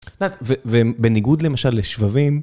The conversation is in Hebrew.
ובניגוד למשל לשבבים...